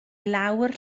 lawr